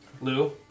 Lou